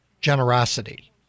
generosity